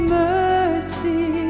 mercy